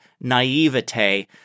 naivete